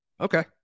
Okay